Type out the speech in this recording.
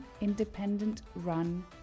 independent-run